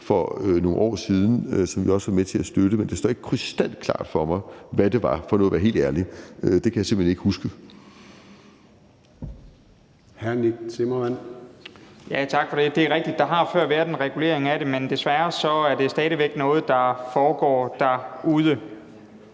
for nogle år siden, som vi også var med til at støtte. Men det står ikke krystalklart for mig, hvad det var, for nu at være helt ærlig. Det kan jeg simpelt hen ikke huske.